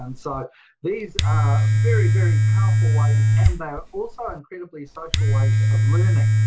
and so these are very, very powerful ways and they're also incredibly social ways of learning.